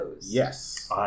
Yes